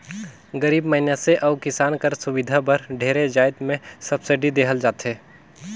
गरीब मइनसे अउ किसान कर सुबिधा बर ढेरे जाएत में सब्सिडी देहल जाथे